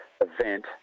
event